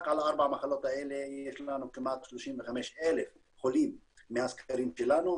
על ארבע המחלות האלה ויש לנו כמעט 35,000 חולים מהסקרים שלנו.